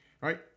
Right